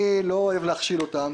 אני לא אוהב להכשיל אותם.